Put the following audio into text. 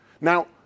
Now